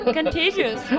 Contagious